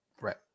Right